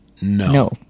No